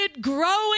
growing